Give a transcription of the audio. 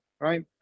right